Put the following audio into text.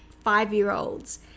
five-year-olds